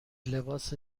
لباس